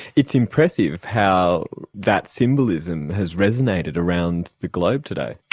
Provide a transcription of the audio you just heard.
it's impressive how that symbolism has resonated around the globe today.